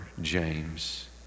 James